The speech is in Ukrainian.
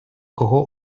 кого